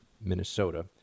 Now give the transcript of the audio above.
Minnesota